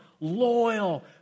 loyal